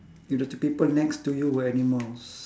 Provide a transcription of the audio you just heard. if the two people next to you were animals